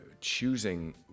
choosing